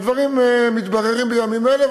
הדברים מתבררים בימים אלה,